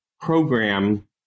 program